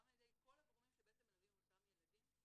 גם על ידי כל הגורמים שבעצם מלווים את אותם ילדים.